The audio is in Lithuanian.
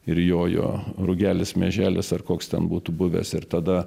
ir jojo rugelis mieželis ar koks ten būtų buvęs ir tada